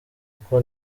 kuko